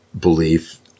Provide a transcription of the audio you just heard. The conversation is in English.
belief